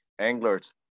anglers